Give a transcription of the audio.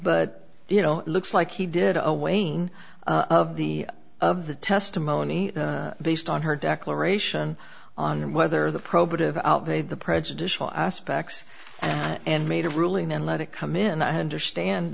but you know it looks like he did away none of the of the testimony based on her declaration on whether the probative outweighed the prejudicial aspects and made a ruling and let it come in i understand